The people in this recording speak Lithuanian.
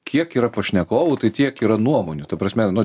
kiek yra pašnekovų tai tiek yra nuomonių ta prasme nu